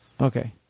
Okay